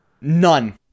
None